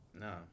no